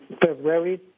February